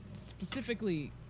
Specifically